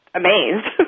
amazed